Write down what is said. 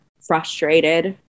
frustrated